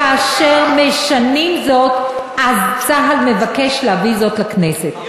כאשר משנים זאת, אז צה"ל מבקש להביא זאת לכנסת.